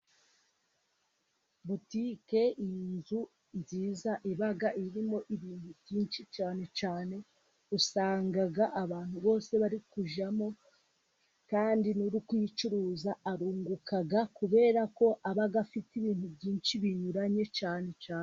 Boutique ni inzu nziza iba irimo ibintu byinshi, cyane cyane usanga abantu bose bari kujyamo, kandi n'uri kuyicuruza arunguka, kubera ko aba afite ibintu byinshi binyuranye cyane cyane.